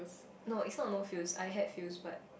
no it's not no fuse I had fuse but